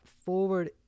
forward